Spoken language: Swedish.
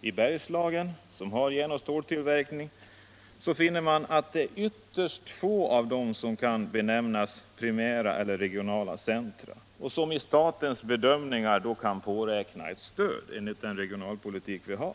i Bergslagen som har järnoch ståltillverkning finner man att det är ytterst få av dem som kan benämnas primära eller regionala centra och som efter statens bedömningar kan påräkna ett stöd enligt den regionalpolitik vi har.